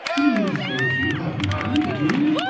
do you mean to say that you have married again?